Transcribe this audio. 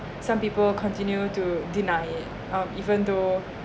some people continue to deny it um even though